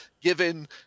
given